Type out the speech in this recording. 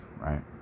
right